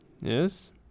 yes